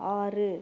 ஆறு